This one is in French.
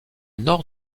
nord